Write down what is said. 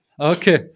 Okay